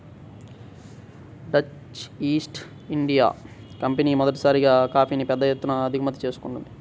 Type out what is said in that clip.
Dutch East India Company మొదటిసారిగా కాఫీని పెద్ద ఎత్తున దిగుమతి చేసుకుంది